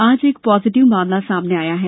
आज एक पॉजिटिव मामला सामने आया है